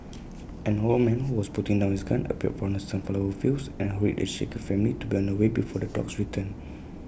an old man who was putting down his gun appeared from the sunflower fields and hurried the shaken family to be on their way before the dogs return